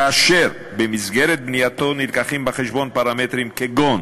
כאשר במסגרת בנייתו מובאים בחשבון פרמטרים כגון